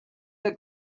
that